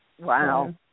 Wow